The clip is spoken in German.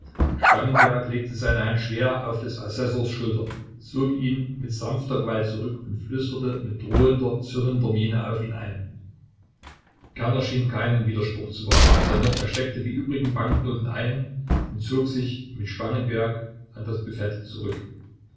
spangenberg legte seine hand schwer auf des assessors schulter zog ihn mit sanfter gewalt zurück und flüsterte mit drohender zürnender miene auf ihn ein kerner schien keinen widerspruch zu wagen sondern er steckte die übrigen banknoten ein und zog sich mit spangenberg an das büfett zurück